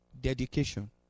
Dedication